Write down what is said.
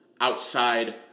outside